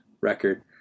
record